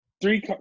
three